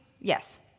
yes